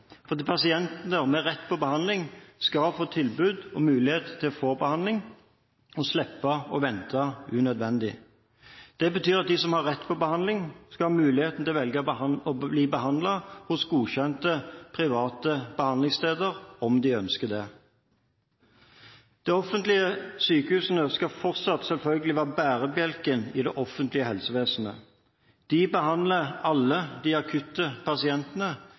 fordi pasienter med rett til behandling skal få tilbud om og muligheten til å få behandling og slippe å vente unødvendig. Det betyr at de som har rett på behandling, skal få mulighet til å velge å bli behandlet hos godkjente private behandlingssteder, om de ønsker det. De offentlige sykehusene skal selvfølgelig fortsatt være bærebjelken i det offentlige helsevesen. De behandler alle de akutte pasientene,